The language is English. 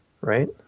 right